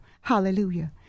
hallelujah